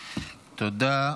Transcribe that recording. תודה.